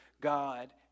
God